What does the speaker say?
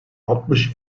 altmış